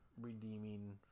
redeeming